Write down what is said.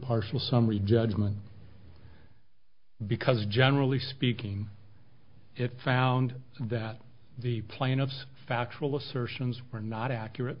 partial summary judgment because generally speaking it found that the plaintiffs factual assertions were not accurate